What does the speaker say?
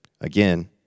Again